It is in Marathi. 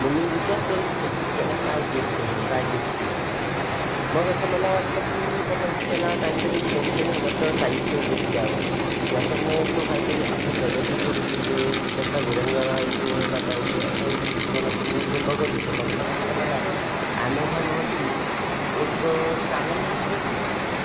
मग मी विचार करत होतो की त्याला काय गिफ्ट देऊ काय गिफ्ट देऊ मग असं मला वाटलं की बाबा एक त्याला काहीतरी शैक्षणिक असं साहित्य गिफ्ट द्यावं ज्याच्यामुळे तो काहीतरी आपली प्रगती करू शकेल त्याचा विरंगुळाही व्हायला पाहिजे अशाही दृष्टिकोनातून मी ते बघत होतो बघता बघता मला ॲमेझॉनवरती एक चांगला सेट मिळाला